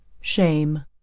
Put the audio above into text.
shame